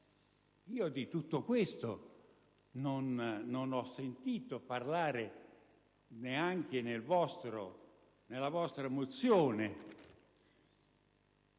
Io di tutto ciò non ho sentito parlare neanche nella vostra mozione: